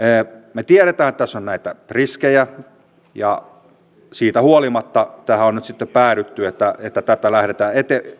me tiedämme että tässä on näitä riskejä ja siitä huolimatta tähän on nyt sitten päädytty että tätä lähdetään